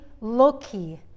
Loki